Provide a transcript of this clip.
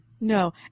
No